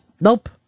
Nope